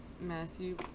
Matthew